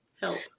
help